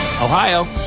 Ohio